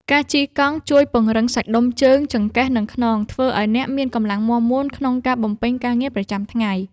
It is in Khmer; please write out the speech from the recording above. ការជិះកង់ជួយពង្រឹងសាច់ដុំជើង ចង្កេះ និងខ្នង ធ្វើឱ្យអ្នកមានកម្លាំងមាំមួនក្នុងការបំពេញការងារប្រចាំថ្ងៃ។